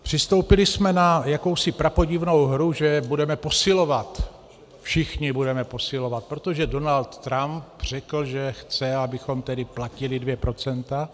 Přistoupili jsme na nějakou prapodivnou hru, že budeme posilovat, všichni budeme posilovat, protože Donald Trump řekl, že chce, abychom platili dvě procenta.